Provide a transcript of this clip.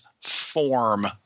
form